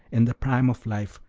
in the prime of life,